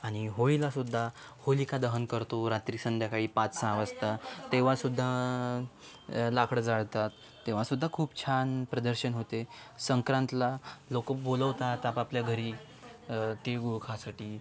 आणि होळीला सुद्धा होलिका दहन करतो रात्री संध्याकाळी पाच सहा वाजता तेव्हा सुद्धा लाकडं जाळतात तेव्हा सुद्धा खूप छान प्रदर्शन होते संक्रांतीला लोकं बोलवतात आपापल्या घरी तिळगुळ खासाठी